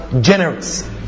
generous